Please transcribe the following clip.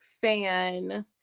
fan